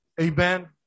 amen